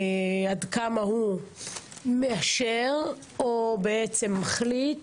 עד כמה הוא מאשר או בעצם מחליט